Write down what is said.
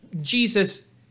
jesus